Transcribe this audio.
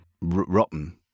Rotten